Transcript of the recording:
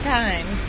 time